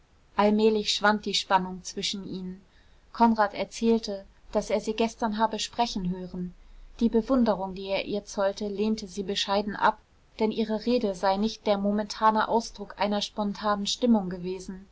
allmählich schwand die spannung zwischen ihnen konrad erzählte daß er sie gestern habe sprechen hören die bewunderung die er ihr zollte lehnte sie bescheiden ab denn ihre rede sei nicht der momentane ausdruck einer spontanen stimmung gewesen